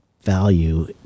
value